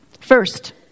First